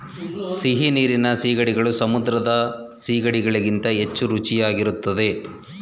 ಸಿಹಿನೀರಿನ ಸೀಗಡಿಗಳು ಸಮುದ್ರದ ಸಿಗಡಿ ಗಳಿಗಿಂತ ಹೆಚ್ಚು ರುಚಿಯಾಗಿರುತ್ತದೆ